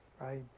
Right